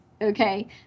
Okay